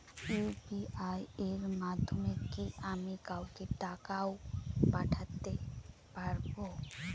UPI এর মাধ্যমে কি আমি কাউকে টাকা ও পাঠাতে পারবো?